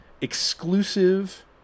exclusive